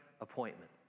appointment